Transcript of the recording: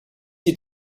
die